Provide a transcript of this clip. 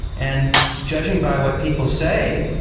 and judging by what people say,